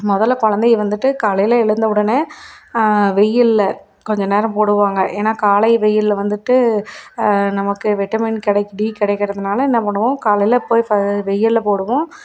முதல்ல குழந்தைய வந்துட்டு காலையில் எழுந்தவுடனே வெயில்ல கொஞ்ச நேரம் போடுவாங்க ஏன்னா காலை வெயில்ல வந்துட்டு நமக்கு வைட்டமின் கிடைக்க டி கிடைக்கறதுனால என்ன பண்ணுவோம் காலையில் போய் ப வெயில்ல போடுவோம்